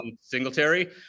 Singletary